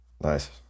Nice